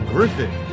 Griffin